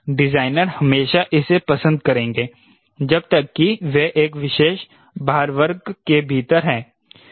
designer हमेशा इसे पसंद करेंगे जब तक कि वह एक विशेष भार वर्ग के भीतर है